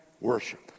worship